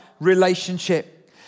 relationship